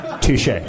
Touche